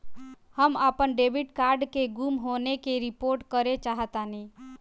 हम अपन debit card के गुम होने की रिपोर्ट करे चाहतानी